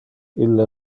ille